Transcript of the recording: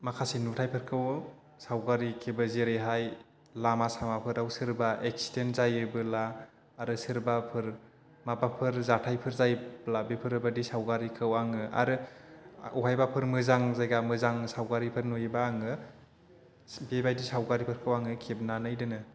माखासे नुथायफोरखौ सावगारि खेबो जेरैहाय लामा सामाफोराव सोरबा एक्सिथेन जायोबोला आरो सोरबाफोर माबाफोर जाथायफोर जायोब्ला बिफोर बायदि सावगारिखौ आङो आरो अफायबाफोर मोजां जायगा मोजां सावगारिफोर नुयोबा आङो बेबायदि सावगारिफोरखौ आङो खेबनानै दोनो